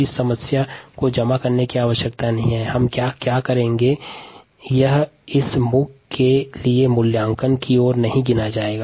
यह समस्या इस मूक के अंतर्गत मूल्यांकन के लिए नहीं गिना जाएगा